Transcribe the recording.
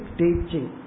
teaching